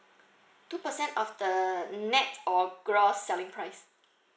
two percent of the nett or gross selling price